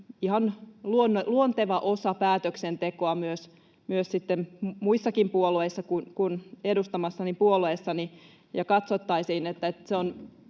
ihan luonteva osa päätöksentekoa myös sitten muissakin puolueissa kuin edustamassani puolueessa ja katsottaisiin, että se on